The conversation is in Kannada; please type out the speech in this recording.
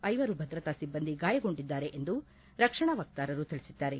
ಐವರು ಭದ್ರತಾ ಸಿಬ್ಬಂದಿ ಗಾಯಗೊಂಡಿದ್ದಾರೆ ಎಂದು ರಕ್ಷಣಾ ವಕ್ತಾರರು ತಿಳಿಸಿದ್ದಾರೆ